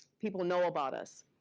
people know about us.